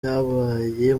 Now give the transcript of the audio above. byabaye